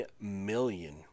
million